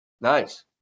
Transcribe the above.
Nice